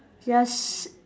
just